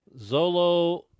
Zolo